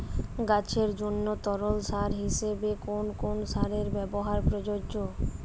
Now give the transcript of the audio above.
গাছের জন্য তরল সার হিসেবে কোন কোন সারের ব্যাবহার প্রযোজ্য?